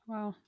Wow